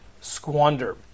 squander